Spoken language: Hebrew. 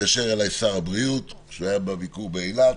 התקשר אליי שר הבריאות, כשהוא היה בביקור באילת,